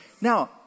Now